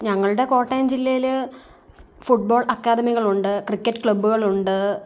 ഞങ്ങളുടെ കോട്ടയം ജില്ലയിൽ football അക്കാദമികളുണ്ട് ക്രിക്കറ്റ് ക്ലബ്ബുകളുണ്ട്